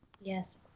yes